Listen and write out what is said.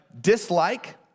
dislike